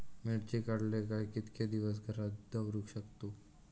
मिर्ची काडले काय कीतके दिवस घरात दवरुक शकतू?